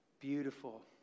Beautiful